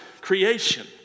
creation